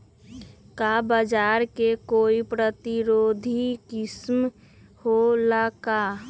का बाजरा के कोई प्रतिरोधी किस्म हो ला का?